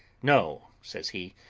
no, says he,